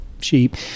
sheep